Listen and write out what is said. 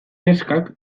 neskak